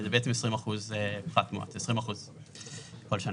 זה 20 אחוזים פחת מואץ כל שנה.